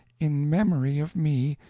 in memory of me,